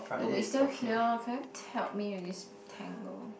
look it's still here can you help me with this tangle